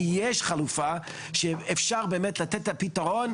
כי ישנה חלופה שניתן באמת לתת את הפתרון